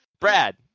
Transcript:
Brad